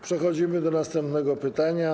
Przechodzimy do następnego pytania.